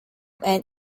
and